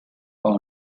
own